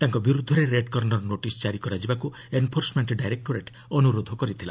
ତାଙ୍କ ବିରୁଦ୍ଧରେ red corner notice ଜାରି କରାଯିବାକୁ ଏନ୍ଫୋର୍ସମେଣ୍ଟ ଡାଇରେକ୍ଟୋରେଟ୍ ଅନୁରୋଧ କରିଥିଲା